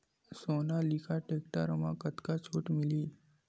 Sonalika tractor म कतका छूट मिलही?